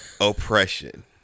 Oppression